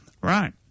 Right